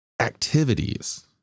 activities